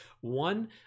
one